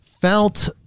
felt